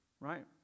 right